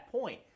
point